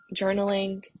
journaling